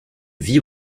vie